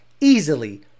easily